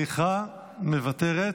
סליחה, מוותרת.